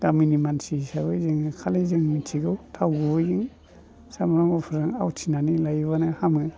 गामिनि मानसि हिसाबै जोङो खालि जों मिथिगौ थाव गुबैजों सामब्राम गुफुरजों आवथिनानै नायोबानो हामो